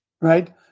right